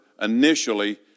initially